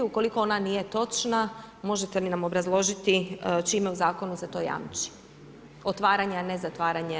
Ukoliko ona nije točna, možete li nam obrazložiti čime u zakonu se to jamči, otvaranje, a ne zatvaranje.